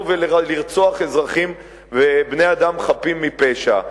ולרצוח אזרחים ובני-אדם חפים משפע.